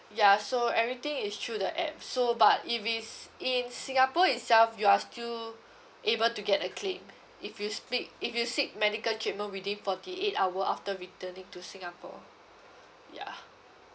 ya so everything is through the app so but if it's in singapore itself you are still able to get the claim if you speak if you seek medical treatment within forty eight hour after returning to singapore ya